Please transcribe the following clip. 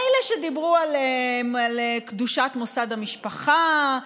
מילא שדיברו על קדושת מוסד המשפחה,